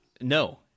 No